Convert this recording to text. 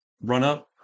run-up